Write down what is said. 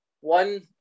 one